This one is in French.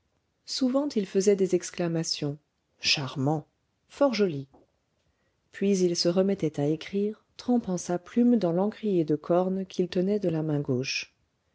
souvent il faisait des exclamations charmant fort joli puis il se remettait à écrire trempant sa plume dans l'encrier de corne qu'il tenait de la main gauche